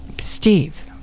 Steve